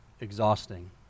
exhausting